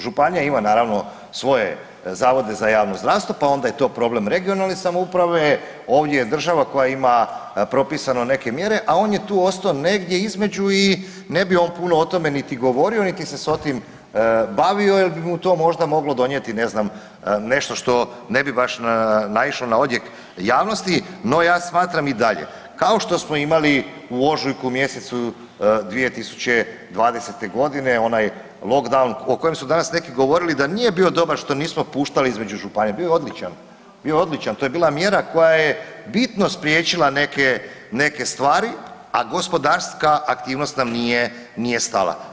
Županija ima naravno svoje zavode za javno zdravstvo pa onda je to problem regionalne samouprave, ovdje je država koja ima propisano neke mjere a on je tu ostao negdje između i ne bi on puno o tome niti govorio niti se s tim bavio jer bi mu to možda moglo donijeti, ne zna, nešto što bi baš naišlo na odjek javnosti, no ja smatram i dalje, kao što smo imali u ožujku mjesecu 2020. g. onaj lockdown o kojem su danas neki govorili da nije bio dobar što nismo puštali između županija, bio je odličan, bio je odličan, to je bila mjera koja je bitno spriječila neke stvari a gospodarska aktivnost nam nije stala.